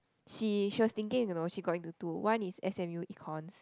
she she was thinking you know she got into two one is s_m_u econs